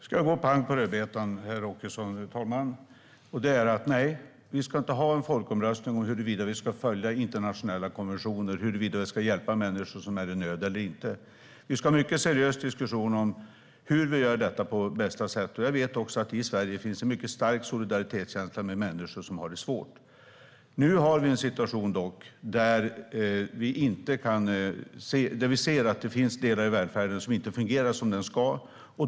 Herr talman! Jag ska gå pang på rödbetan, herr Åkesson: Nej, vi ska inte ha en folkomröstning om huruvida vi ska följa internationella konventioner eller om huruvida vi ska eller inte ska hjälpa människor som är i nöd. Vi ska ha en mycket seriös diskussion om hur vi gör detta på bästa sätt. Jag vet också att det i Sverige finns en mycket stark solidaritetskänsla med människor som har det svårt. Nu har vi dock en situation där vi ser att det finns delar i välfärden som inte fungerar som de ska.